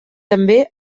també